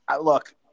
Look